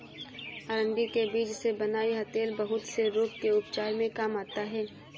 अरंडी के बीज से बना यह तेल बहुत से रोग के उपचार में काम आता है